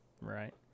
Right